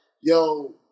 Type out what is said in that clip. yo